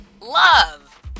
love